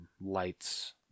lights